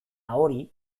hori